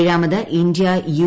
ഏഴാമത് India U